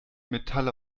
metalle